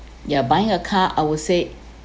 you are buying a car I would say